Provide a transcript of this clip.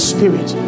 Spirit